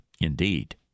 Indeed